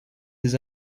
des